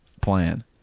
plan